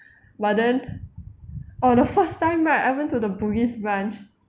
but then !wah! the first time right I went to the bugis branch